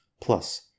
plus